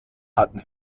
hatten